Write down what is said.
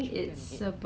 err